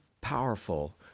powerful